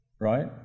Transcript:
Right